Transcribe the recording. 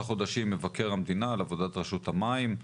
חודשים מבקר המדינה על עבודת רשות המים.